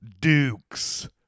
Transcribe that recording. Dukes